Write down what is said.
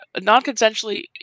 non-consensually